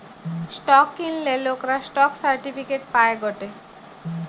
stock কিনলে লোকরা stock certificate পায় গটে